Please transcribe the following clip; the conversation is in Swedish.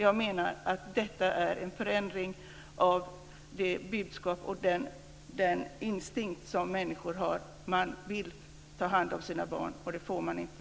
Jag menar att detta är en förändring av det budskap och den instinkt som människor har. De vill ta hand om sina barn, och det får de inte.